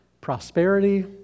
prosperity